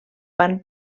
van